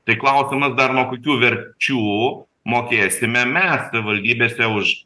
tai klausimas dar nuo kokių verčių mokėsime mes savivaldybėse už